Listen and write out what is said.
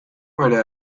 bera